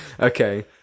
Okay